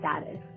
status